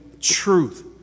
truth